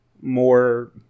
more